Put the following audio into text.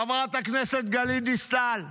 חברת הכנסת גלית דיסטל,